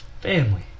Family